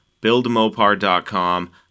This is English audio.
buildmopar.com